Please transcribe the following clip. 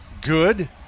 good